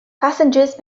passengers